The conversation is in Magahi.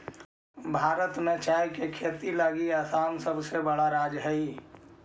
भारत में चाय के खेती लगी असम सबसे बड़ा राज्य हइ